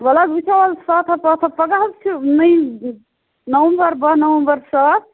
وَلہٕ حظ وُچھو حظ ساتھا پاتھا پگاہ حظ چھُ نیی نوَمبَر باہ نَوَمبَر ساتھ